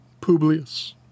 Publius